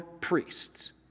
priests